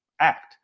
act